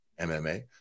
MMA